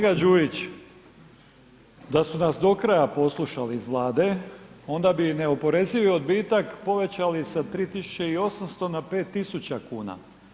Kolega Đujić, da su nas do kraja poslušali iz Vlade, onda bi neoporezivi odbitak povećali sa 3.800 na 5.000 kuna.